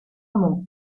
meaux